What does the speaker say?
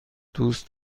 دوست